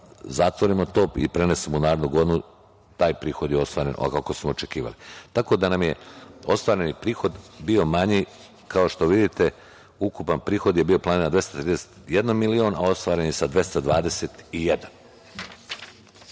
zatvorimo to i prenesemo u narednu godinu. Taj prihod je ostvaren kako smo očekivali. Tako da nam je ostvareni prihod bio manji, kao što vidite, ukupan prihod je bio planiran na 291 milion, a ostvaren je sa